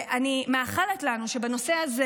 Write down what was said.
ואני מאחלת לנו שבנושא הזה,